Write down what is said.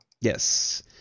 Yes